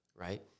right